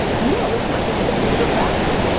yeah, listen, i think it's a major factor.